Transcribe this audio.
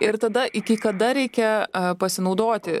ir tada iki kada reikia pasinaudoti